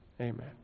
Amen